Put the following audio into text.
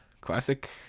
Classic